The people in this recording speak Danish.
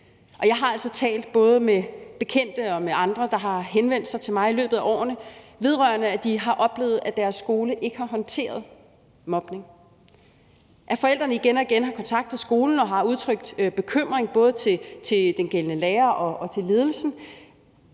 jeg har altså talt både med bekendte og med andre, der har henvendt sig til mig i løbet af årene, vedrørende, at de har oplevet, at deres skole ikke har håndteret mobning, at forældrene igen og igen har kontaktet skolen og har udtrykt bekymring, både til den pågældende lærer og til ledelsen,